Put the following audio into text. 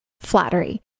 Flattery